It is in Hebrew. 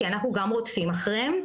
כי אנחנו גם רודפים אחריהם.